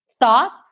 thoughts